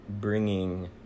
bringing